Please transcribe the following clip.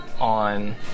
on